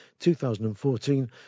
2014